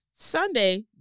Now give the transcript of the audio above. Sunday